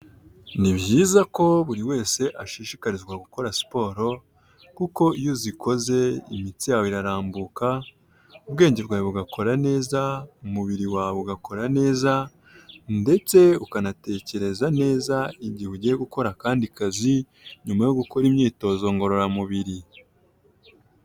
Ni byiza ko buri wese ashishikarizwa gukora siporo kuko iyo uzikoze imitsi yawe irambuka, ubwenge bwawe bugakora neza, umubiri wawe ugakora neza ndetse ukanatekereza neza igihe ugiye gukora akandi kazi, nyuma yo gukora imyitozo ngororamubiri.